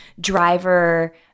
driver